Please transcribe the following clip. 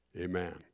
Amen